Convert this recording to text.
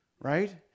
right